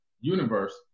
universe